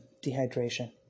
dehydration